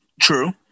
True